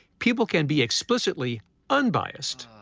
people can be explicitly unbiased,